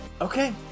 Okay